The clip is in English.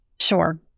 Sure